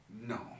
No